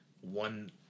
one